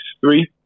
three